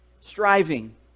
Striving